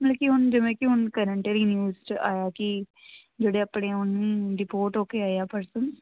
ਮਤਲਬ ਕਿ ਹੁਣ ਜਿਵੇਂ ਕਿ ਹੁਣ ਕਰੰਟ ਵੀ ਨਿਊਜ਼ ਆਇਆ ਕਿ ਜਿਹੜੇ ਆਪਣੇ ਡੀਪੋਰਟ ਹੋ ਕੇ ਆਏ ਆ ਪਰਸਨ